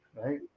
Right